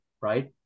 right